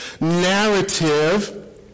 narrative